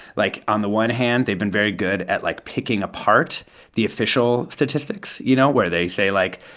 like, on the one hand, they've been very good at, like, picking apart the official statistics, you know, where they say, like,